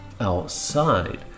outside